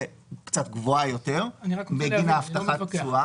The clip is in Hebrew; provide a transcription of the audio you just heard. קצת יותר גבוהה בגין הבטחת התשואה.